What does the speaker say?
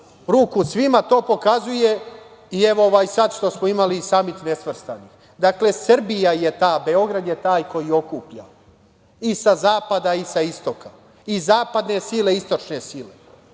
ruku svima to pokazuje i evo, ovaj sada što smo imali Samit nesvrstanih. Dakle, Srbija je ta, Beograd je taj okuplja i sa zapada i sa istoka, i zapadne sile i istočne sile